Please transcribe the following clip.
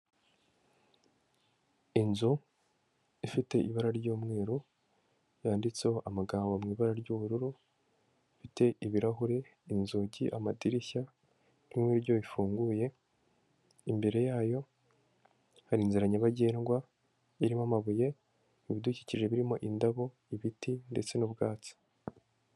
Inzu ifite ibara ry'umweru yanditseho amagambo mu ibara ry'ubururu ifite ibirahuri, inzugi, amadirishya n'iryo bifunguye, imbere yayo hari inzira nyabagendwa irimo amabuye mu bidukikije birimo indabo, ibiti ndetse n'ubwatsi.